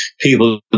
people